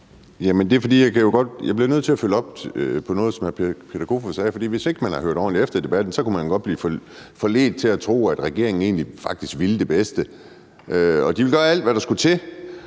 Jeg bliver nødt til at følge op på noget, som hr. Peter Kofod sagde, for hvis ikke man har hørt ordentligt efter i debatten, kunne man godt blive forledt til at tro, at regeringen egentlig ville det bedste, og at de ville gøre alt, hvad der skulle til.